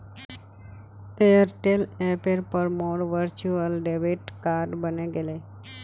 Airtel ऐपेर पर मोर वर्चुअल डेबिट कार्ड बने गेले